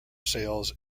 sales